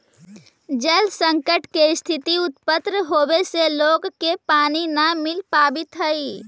जल संकट के स्थिति उत्पन्न होवे से लोग के पानी न मिल पावित हई